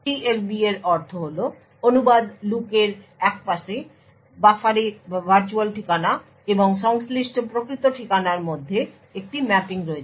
TLB এর অর্থ হল অনুবাদ লুকের একপাশে বাফারে ভার্চুয়াল ঠিকানা এবং সংশ্লিষ্ট প্রকৃত ঠিকানার মধ্যে একটি ম্যাপিং রয়েছে